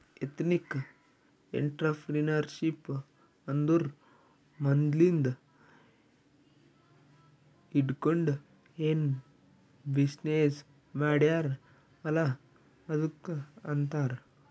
ethnic entrepreneurship ಅಂದುರ್ ಮದ್ಲಿಂದ್ ಹಿಡ್ಕೊಂಡ್ ಏನ್ ಬಿಸಿನ್ನೆಸ್ ಮಾಡ್ಯಾರ್ ಅಲ್ಲ ಅದ್ದುಕ್ ಆಂತಾರ್